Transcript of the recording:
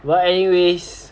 but anyways